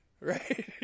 right